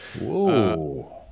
Whoa